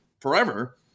forever